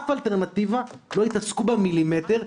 באף אלטרנטיבה לא התעסקו מילימטר.